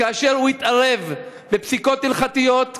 כאשר הוא התערב בפסיקות הלכתיות,